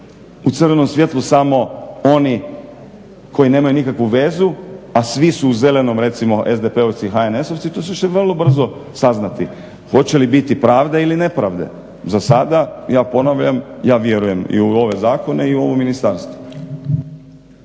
u crvenom svjetlu samo oni koji nemaju nikakvu vezu, a svi su u zelenom recimo SDP-ovci i HNS-ovci to će se vrlo brzo saznati hoće li biti pravde ili nepravde. Za sada ja ponavljam ja vjerujem i u ovome zakone i u ovo ministarstvo.